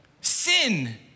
sin